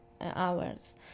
hours